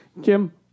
Jim